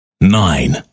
Nine